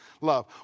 love